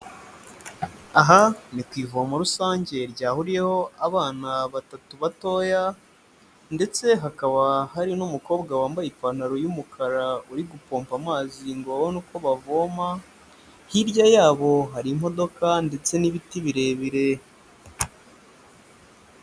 Aha ni ku ivomo rusange ryahuriyeho abana batatu batoya, ndetse hakaba hari n'umukobwa wambaye ipantaro y'umukara, uri gukoka amazi ngo babone uko bavoma, hirya yabo hariyo imodoka ndetse n'ibiti birebire.